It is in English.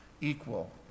equal